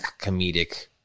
comedic